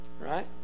right